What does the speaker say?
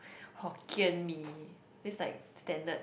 Hokkien-Mee this is like standard